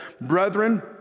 Brethren